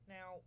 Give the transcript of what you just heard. Now